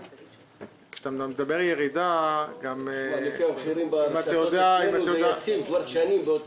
כשאתה מדבר על ירידה --- לפי המחירים ברשתות אצלנו זה יציב כבר שנים.